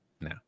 No